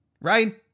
right